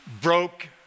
broke